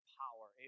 power